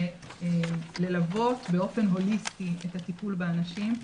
ללוות באופן הוליסטי את הטיפול באנשים.